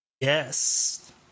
Yes